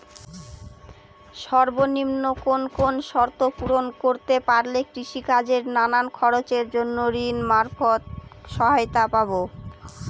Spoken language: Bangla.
সর্বনিম্ন কোন কোন শর্ত পূরণ করতে পারলে কৃষিকাজের নানান খরচের জন্য ঋণ মারফত সহায়তা পাব?